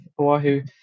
Oahu